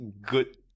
good